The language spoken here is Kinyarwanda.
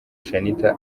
shanitah